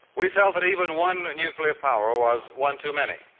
we felt that even one nuclear power was one too many.